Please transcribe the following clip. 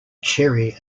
cherry